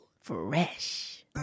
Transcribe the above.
Fresh